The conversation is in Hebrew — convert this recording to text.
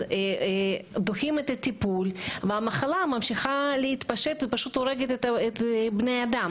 אז דוחים את הטיפול והמחלה ממשיכה להתפשט ופשוט הורגת בני אדם